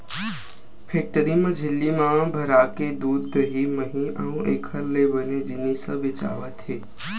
factory म झिल्ली म भराके दूद, दही, मही अउ एखर ले बने जिनिस ह बेचावत हे